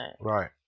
Right